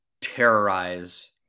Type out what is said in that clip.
terrorize